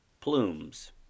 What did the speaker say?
plumes